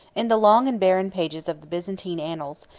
in the long and barren pages of the byzantine annals,